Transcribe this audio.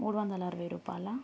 మూడు వందల అరవై రూపాయలా